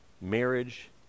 marriage